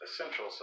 essential